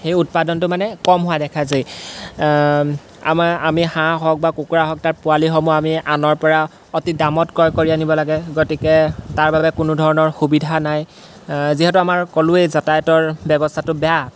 সেই উৎপাদনটো মানে কম হোৱা দেখা যায় আমাৰ আমি হাঁহ হওক বা কুকুৰা হওক তাৰ পোৱালিসমূহ আমি আনৰপৰা অতি দামত ক্ৰয় কৰি আনিব লাগে গতিকে তাৰ বাবে কোনো ধৰণৰ সুবিধা নাই যিহেতু আমাৰ ক'লোৱেই যাতায়তৰ ব্যৱস্থাটো বেয়া